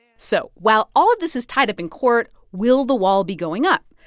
so while all of this is tied up in court, will the wall be going up?